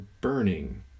burning